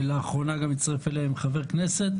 לאחרונה גם הצטרף אליהן גם חבר כנסת.